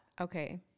Okay